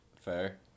Fair